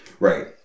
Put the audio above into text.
Right